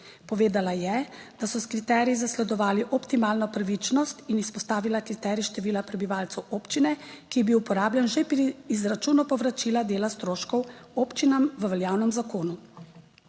Povedala je, da so s kriteriji zasledovali optimalno pravičnost in izpostavila kriterij števila prebivalcev občine, ki je bil uporabljen že pri izračunu povračila dela stroškov občinam v veljavnem zakonu.